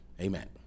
Amen